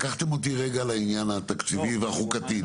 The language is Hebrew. לקחתם אותי לעניין התקציבי והחוקתי,